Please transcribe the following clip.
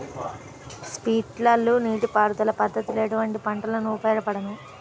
Sprinkler నీటిపారుదల పద్దతి ఎటువంటి పంటలకు ఉపయోగపడును?